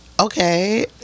okay